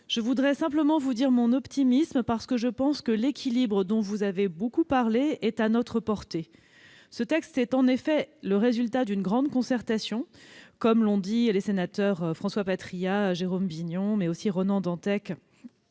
Je voudrais simplement vous dire mon optimisme. Je pense que l'équilibre dont il a été beaucoup question est à notre portée. Ce texte est en effet le résultat d'une grande concertation, comme l'ont souligné les sénateurs François Patriat, Jérôme Bignon, Ronan Dantec